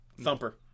Thumper